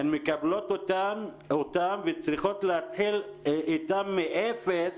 הן מקבלות אותם וצריכות להתחיל אתם מאפס